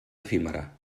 efímera